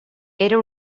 era